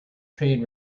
trade